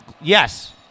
Yes